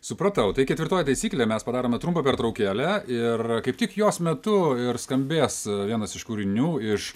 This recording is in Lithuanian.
supratau tai ketvirtoji taisyklė mes padarome trumpą pertraukėlę ir kaip tik jos metu ir skambės vienas iš kūrinių iš